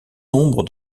nombre